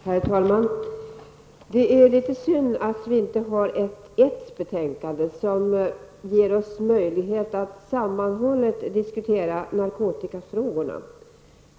Herr talman! Det är litet synd att vi inte har ett betänkande som ger oss möjlighet att sammanhållet diskutera narkotikafrågorna.